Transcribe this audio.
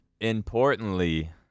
importantly